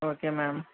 okay ma'am